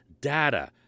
data